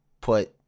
put